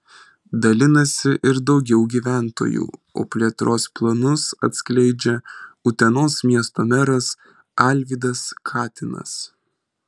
dalinasi ir daugiau gyventojų o plėtros planus atskleidžia utenos miesto meras alvydas katinas